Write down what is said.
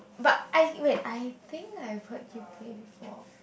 but I wait I think I put you played before